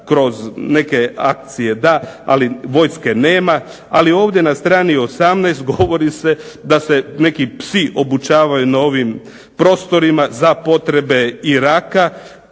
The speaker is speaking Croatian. kroz neke akcije da, ali vojske nema. Ali ovdje na strani 18. govori se da se neki psi obučavaju na ovim prostorima za potrebe Iraka.